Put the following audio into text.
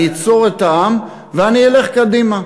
אני אצור את העם ואני אלך קדימה.